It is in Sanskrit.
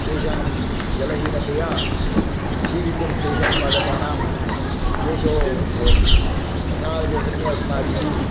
तेषां जलहीनतया जीवितुं तेषां पादपानां क्लेशो भवति तथा विधसमये अस्माभिः